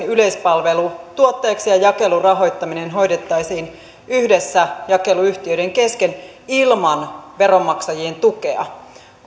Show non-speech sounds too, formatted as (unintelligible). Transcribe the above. (unintelligible) yleispalvelutuotteeksi ja jakelun rahoittaminen hoidettaisiin yhdessä jakeluyhtiöiden kesken ilman veronmaksajien tukea